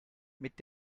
mit